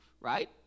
right